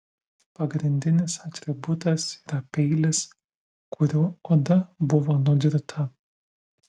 pagrindinis atributas yra peilis kuriuo oda buvo nudirta